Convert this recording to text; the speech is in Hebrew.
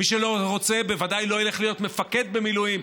ומי שלא רוצה בוודאי לא ילך להיות מפקד במילואים,